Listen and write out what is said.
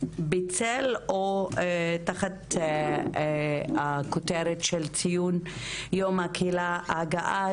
בצל או תחת הכותרת של "ציון יום הקהילה הגאה",